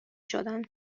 شدن